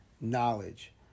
knowledge